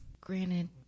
granted